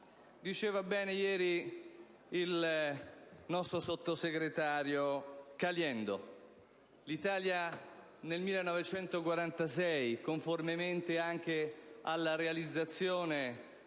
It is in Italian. diceva bene ieri il sottosegretario Caliendo, l'Italia, nel 1948, conformemente anche alla realizzazione